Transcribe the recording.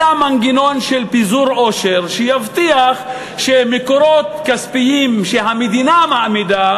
אלא מנגנון של פיזור עושר שיבטיח שמקורות כספיים שהמדינה מעמידה